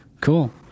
Cool